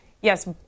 yes